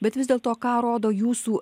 bet vis dėl to ką rodo jūsų